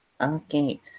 Okay